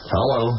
Hello